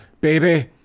baby